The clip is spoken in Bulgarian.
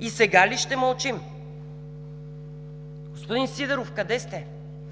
И сега ли ще мълчим?! Господин Сидеров, къде сте?